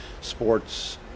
sports